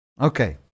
Okay